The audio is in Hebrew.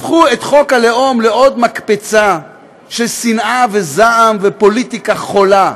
הפכו את חוק הלאום לעוד מקפצה של שנאה וזעם ופוליטיקה חולה.